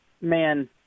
man